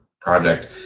Project